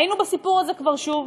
היינו בסיפור הזה כבר, שוב.